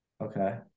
okay